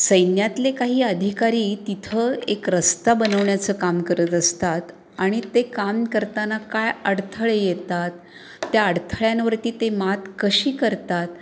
सैन्यातले काही अधिकारी तिथं एक रस्ता बनवण्याचं काम करत असतात आणि ते काम करताना काय अडथळे येतात त्या अडथळ्यांवरती ते मात कशी करतात